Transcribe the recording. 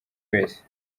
wese